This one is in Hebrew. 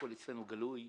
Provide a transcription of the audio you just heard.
הכול אצלנו גלוי,